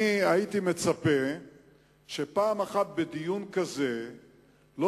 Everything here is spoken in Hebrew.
אני הייתי מצפה שפעם אחת בדיון כזה לא